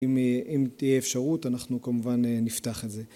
אם תהיה אפשרות, אנחנו כמובן נפתח את זה.